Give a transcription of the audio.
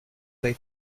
they